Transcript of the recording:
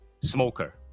smoker